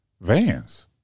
Vans